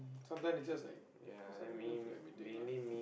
sometime they just like suddenly they don't feel like meeting lah